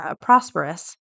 prosperous